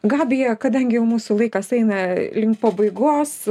gabija kadangi jau mūsų laikas eina link pabaigos